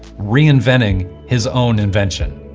reinventing his own invention.